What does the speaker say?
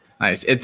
nice